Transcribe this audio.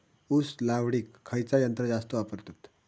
ऊस लावडीक खयचा यंत्र जास्त वापरतत?